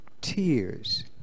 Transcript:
tears